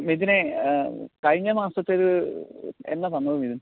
മിഥുനേ കഴിഞ്ഞ മാസത്തേത് എന്നാണ് തന്നത് മിഥുൻ